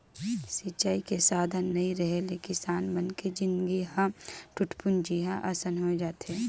सिंचई के साधन नइ रेहे ले किसान मन के जिनगी ह टूटपुंजिहा असन होए जाथे